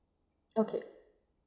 okay